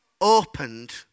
opened